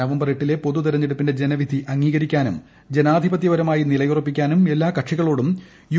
November എട്ടിലെ പൊതു തെരഞ്ഞെടുപ്പിന്റെ ജനവിധി അംഗീകരിക്കാനും ജനാധിപത്യപരമായി നിലയുറപ്പിക്കാനും എല്ലാ കക്ഷികളോടും യു